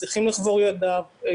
צריכים לחבור יחדיו,